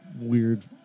weird